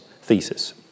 thesis